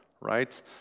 right